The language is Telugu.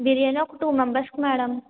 బిర్యానీ ఒక టూ మెంబెర్స్కి మేడం